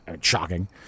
Shocking